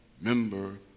member